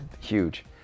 Huge